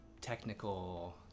technical